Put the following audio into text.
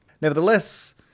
Nevertheless